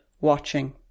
watching